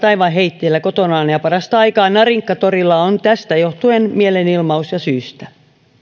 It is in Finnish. aivan heitteillä kotonaan ja parasta aikaa narinkkatorilla on tästä johtuen mielenilmaus ja syystä